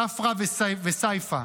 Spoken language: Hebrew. ספרא וסייפא.